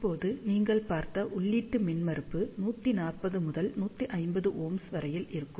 இப்போது நீங்கள் பார்த்த உள்ளீட்டு மின்மறுப்பு 140 முதல் 150Ω வரிசையில் இருக்கும்